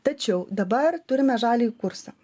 tačiau dabar turime žaliąjį kursą